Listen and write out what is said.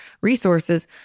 resources